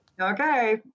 okay